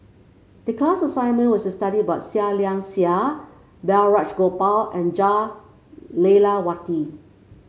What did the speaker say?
the class assignment was to study about Seah Liang Seah Balraj Gopal and Jah Lelawati